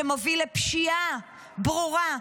שמוביל לפשיעה ברורה,